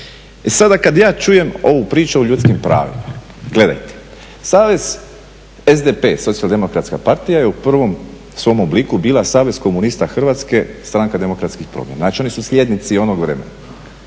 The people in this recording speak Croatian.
sada kad ja čujem ovu priču o ljudskim pravima. Gledajte, savez, SDP, Socijal-demokratska partija je u prvom svom obliku bila Savez komunista Hrvatske, Stranka demokratskih promjena, znači oni su slijednici onog vremena.